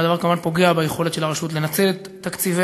והדבר כמובן פוגע ביכולת של הרשות לנצל את תקציביה.